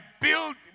build